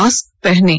mask पहनें